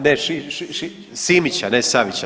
Ne Simića, ne Savića.